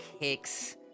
kicks